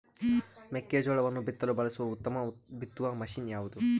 ಮೆಕ್ಕೆಜೋಳವನ್ನು ಬಿತ್ತಲು ಬಳಸುವ ಉತ್ತಮ ಬಿತ್ತುವ ಮಷೇನ್ ಯಾವುದು?